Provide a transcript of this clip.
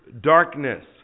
darkness